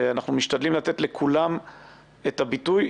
אנחנו משתדלים לתת לכולם את הביטוי.